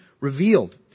revealed